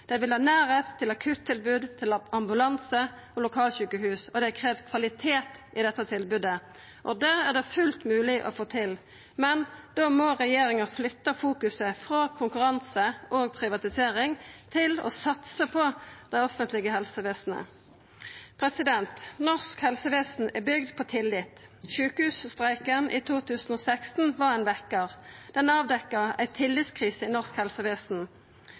dei bur. Dei vil ha nærleik til akuttilbod, til ambulanse og lokalsjukehus, og dei krev kvalitet i dette tilbodet. Det er det fullt mogleg å få til, men da må regjeringa flytta fokuset frå konkurranse og privatisering til å satsa på det offentlege helsevesenet. Norsk helsevesen er bygd på tillit. Sjukehusstreiken i 2016 var ein vekkjar. Han avdekte ei tillitskrise i norsk helsevesen.